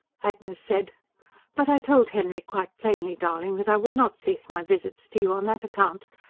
agnes said but i told henry quite plainly, darling, that i would not cease my visits to you on that account.